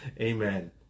Amen